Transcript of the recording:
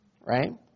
right